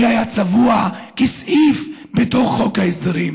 שהיו צבועים כסעיף בתוך חוק ההסדרים.